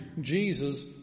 Jesus